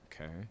Okay